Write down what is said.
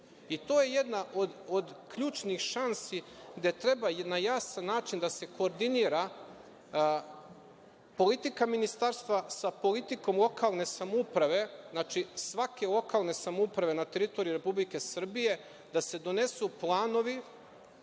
je jedna od ključnih šansi gde treba na jasan način da se koordinira politika ministarstva sa politikom lokalne samouprave, znači svake lokalne samouprave na teritoriji Republike Srbije, da se donesu planovi